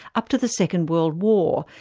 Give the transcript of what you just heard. up to the second world war,